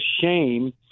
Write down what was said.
shame